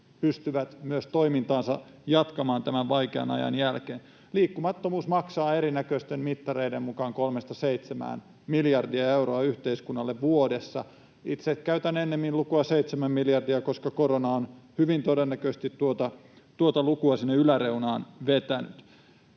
pystyvät myös jatkamaan toimintaansa tämän vaikean ajan jälkeen. Liikkumattomuus maksaa erinäköisten mittareiden mukaan 3—7 miljardia euroa yhteiskunnalle vuodessa. Itse käytän ennemmin lukua 7 miljardia, koska korona on hyvin todennäköisesti tuota lukua sinne yläreunaan vetänyt.